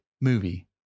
movie